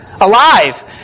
alive